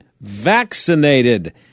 vaccinated